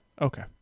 okay